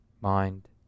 mind